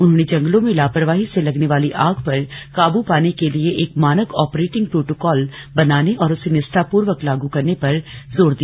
उन्होंने जंगलों में लापरवाही से लगने वाली आग पर कांबू पाने के लिए एक मानक ऑपरेटिंग प्रोटोकॉल बनाने और उसे निष्ठापूर्वक लागू करने पर जोर दिया